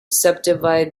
subdivide